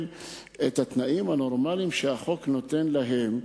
את התנאים הנורמליים שהחוק נותן להם.